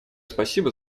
спасибо